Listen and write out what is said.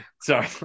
Sorry